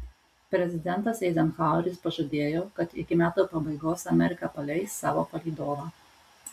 prezidentas eizenhaueris pažadėjo kad iki metų pabaigos amerika paleis savo palydovą